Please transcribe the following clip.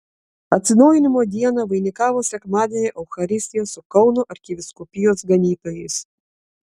atsinaujinimo dieną vainikavo sekmadienio eucharistija su kauno arkivyskupijos ganytojais